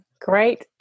great